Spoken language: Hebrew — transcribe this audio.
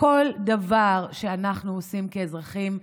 כל דבר שאנחנו עושים כאזרחים,